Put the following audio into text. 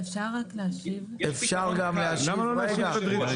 למה לא להשאיר את הדרישה